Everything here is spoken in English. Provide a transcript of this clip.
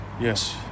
Yes